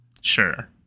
sure